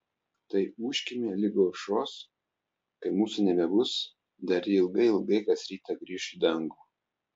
tai ūžkime lig aušros kai mūsų nebebus dar ji ilgai ilgai kas rytą grįš į dangų